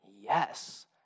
Yes